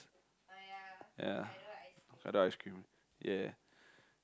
ya Hokkaido ice cream yeah